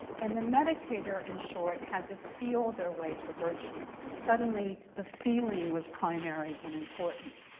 and the meditator, in short, had to feel their way to virtue. suddenly, the feeling was primary and important.